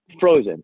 frozen